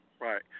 Right